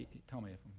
tell me if i'm